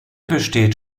besteht